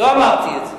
לא אמרתי את זה.